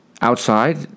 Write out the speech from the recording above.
outside